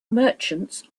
merchants